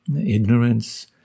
Ignorance